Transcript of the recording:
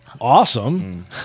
Awesome